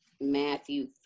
Matthew